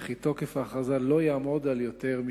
וכי תוקף ההכרזה לא יהיה יותר משנה.